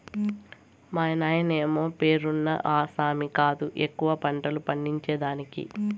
మాయన్నమే పేరున్న ఆసామి కాదు ఎక్కువ పంటలు పండించేదానికి